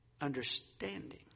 Understanding